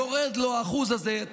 יורד לו האחוז הזה.